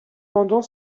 pendant